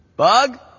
Bug